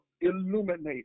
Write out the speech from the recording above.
Illuminate